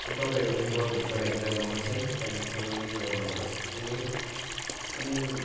अनि तपाईँहरू पनि वनभोजको लागि जानुहोस् है फ्यामिलीसँगै इन्जोय गर्नुहोस् यही हो अनि